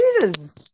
Jesus